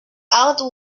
out